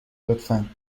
لطفا